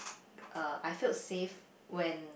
uh I feel safe when